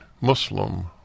Muslim